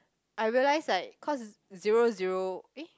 I realized like cause zero zero eh